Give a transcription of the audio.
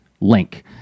link